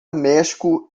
méxico